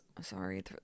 sorry